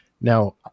Now